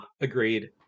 agreed